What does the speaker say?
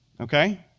okay